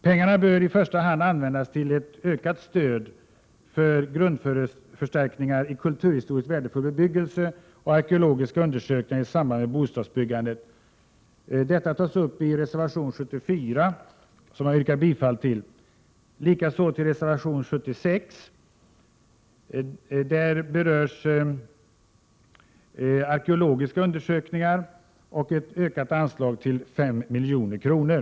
Pengarna bör i första hand användas till ett ökat stöd för grundförstärkningar i kulturhistoriskt värdefull bebyggelse och arkeologiska undersökningar i samband med bostadsbyggande. Detta tas upp i reservation 74, som jag yrkar bifall till. Reservation 76 berör arkeologiska undersökningar och föreslår ett ökat anslag på 5 milj.kr.